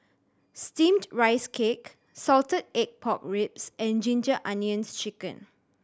Steamed Rice Cake salted egg pork ribs and Ginger Onions Chicken